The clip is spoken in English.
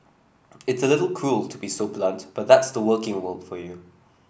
it's a little cruel to be so blunt but that's the working world for you